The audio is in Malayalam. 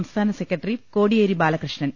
സംസ്ഥാന സെക്രട്ടറി കോടിയേരി ബാലകൃഷ്ണൻ